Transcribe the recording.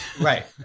right